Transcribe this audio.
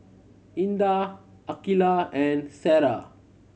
Indah Aqilah and Sarah